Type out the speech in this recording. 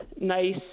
nice